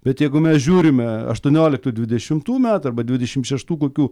bet jeigu mes žiūrime aštuonioliktų dvidešimtų metų arba dvidešimt šeštų kokių